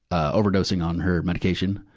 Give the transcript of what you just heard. ah overdosing on her medication.